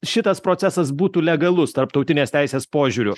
šitas procesas būtų legalus tarptautinės teisės požiūriu